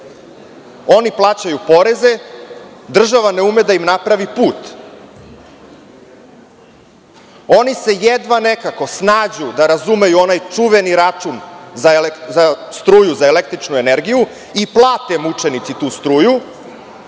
Oni plaćaju poreze, država ne ume da im napravi put. Oni se jedva nekako snađu da razumeju onaj čuveni račun za struju za električnu energiju, i plate mučenici tu struju,